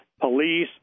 police